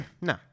No